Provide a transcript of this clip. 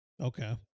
Okay